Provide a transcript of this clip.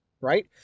right